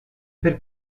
per